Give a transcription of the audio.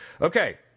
Okay